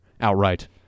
outright